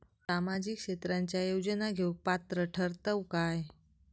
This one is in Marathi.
सामाजिक क्षेत्राच्या योजना घेवुक पात्र ठरतव काय?